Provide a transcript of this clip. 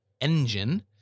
engine